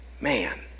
man